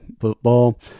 football